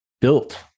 built